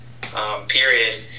period